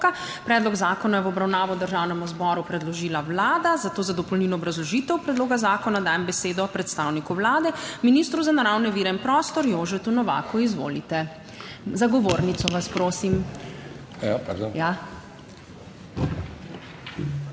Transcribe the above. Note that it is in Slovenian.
Predlog zakona je v obravnavo Državnemu zboru predložila Vlada, zato za dopolnilno obrazložitev predloga zakona dajem besedo predstavniku Vlade, ministru za naravne vire in prostor, Jožetu Novaku. Izvolite za govornico, prosim.